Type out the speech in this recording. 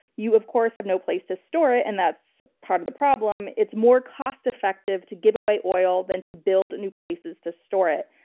you, of course, have no place to store it and that's part of the problem. it's more cost effective to give away oil than to build new places to store it.